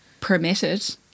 permitted